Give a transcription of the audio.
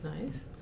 nice